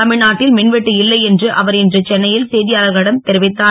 தமிழ்நாட்டில் மின்வெட்டு இல்லை என்று அவர் இன்று சென்னையில் செய்தியாளர்களிடம் தெரிவித்தார்